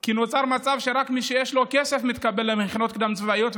כי נוצר מצב שרק מי שיש לו כסף מתקבל למכינות קדם-צבאיות,